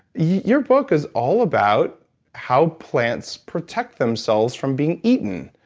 your book is all about how plants protect themselves from being eaten.